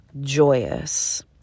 joyous